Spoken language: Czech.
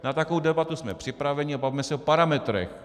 Na takovou debatu jsme připraveni a bavme se o parametrech.